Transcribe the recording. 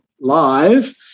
live